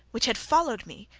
which had followed me,